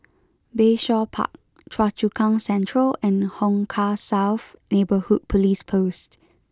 Bayshore Park Choa Chu Kang Central and Hong Kah South Neighbourhood Police Post